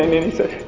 and anything.